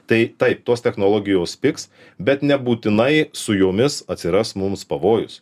tai taip tos technologijos pigs bet nebūtinai su jomis atsiras mums pavojus